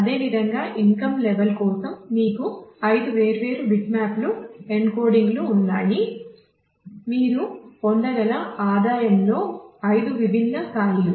అదేవిధంగా income level లు ఉన్నాయి మీరు పొందగల ఆదాయంలో 5 విభిన్న స్థాయిలు